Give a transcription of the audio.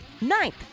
ninth